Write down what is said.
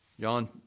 John